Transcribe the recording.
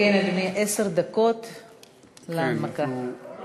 אדוני, עשר דקות להנמקה.